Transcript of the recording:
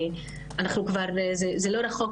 וזה לא רחוק.